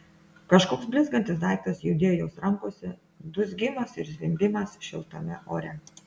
kažkoks blizgantis daiktas judėjo jos rankose dūzgimas ir zvimbimas šiltame ore